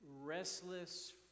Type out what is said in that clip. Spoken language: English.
restless